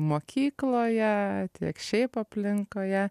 mokykloje tiek šiaip aplinkoje